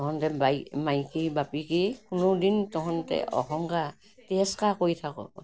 তহঁতে বাই মাইকী বাপেকি কোনো দিন তহঁতে অহংকাৰ তিৰস্কাৰ কৰি থাক